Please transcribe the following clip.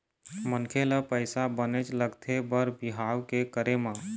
मनखे ल पइसा बनेच लगथे बर बिहाव के करे म